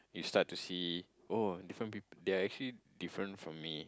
you start to see oh different people they are actually different from me